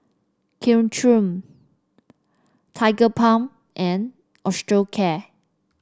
Caltrate Tigerbalm and Osteocare